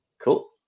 Cool